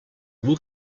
who